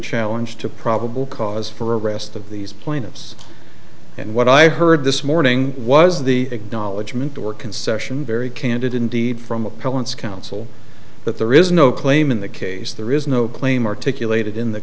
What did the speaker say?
challenge to probable cause for arrest of these plaintiffs and what i heard this morning was the acknowledgement or concession very candid indeed from appellants counsel that there is no claim in the case there is no claim articulated in the